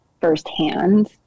firsthand